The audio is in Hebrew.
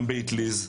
גם באטליז,